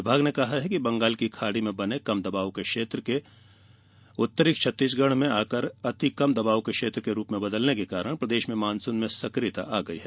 विभाग ने कहा है कि बंगाल की खाडी में बने कम दबाव के क्षेत्र के उत्तरी छत्तीसगढ में आकर अति कम दबाव के क्षेत्र के रूप में बदलने के कारण प्रदेश में मानसून में सक्रियता आ गई है